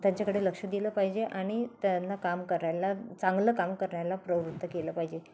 त्यांच्याकडे लक्ष दिलं पाहिजे आणि त्यांना काम करायला चांगलं काम करायला प्रवृत्त केलं पाहिजे